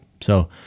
So-